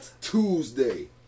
Tuesday